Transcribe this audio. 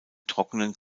trockenen